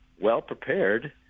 well-prepared